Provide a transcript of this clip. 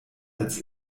als